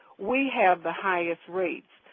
we have the highest rates,